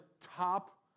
top